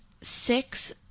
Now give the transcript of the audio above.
six